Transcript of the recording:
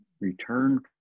return